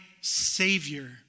savior